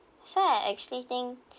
so I actually think